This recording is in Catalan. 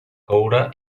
coure